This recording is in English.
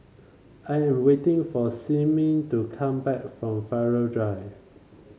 I am waiting for Simmie to come back from Farrer Drive